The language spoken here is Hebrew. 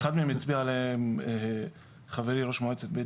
אחד מהם הצביע עליהם חברי ראש מועצת בית